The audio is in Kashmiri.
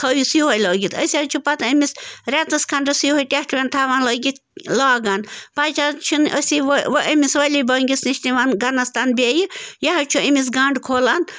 تھٲیوٗس یِہوٚے لٲگِتھ أسۍ حظ چھِ پَتہٕ أمِس رٮ۪تَس کھنٛڈَس یِہوٚے ٹٮ۪ٹھوَن تھاوان لٲگِتھ لاگان پَچہِ حظ چھِنہٕ أسۍ یہِ وۄنۍ أمِس ؤلی بٔنٛگِس نِش نِوان گَنٛنَس تان بیٚیہِ یہِ حظ چھُ أمِس گَنٛڈ کھولان